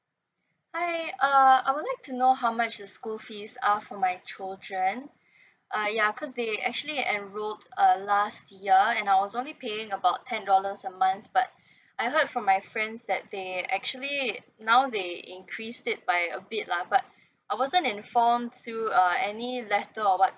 hi uh I would like to know how much the school fees uh for my children uh ya cause they actually enrolled uh last year and I was only paying about ten dollars a month but I heard from my friends that they actually now they increase it by a bit lah but I wasn't informed through uh any letter or what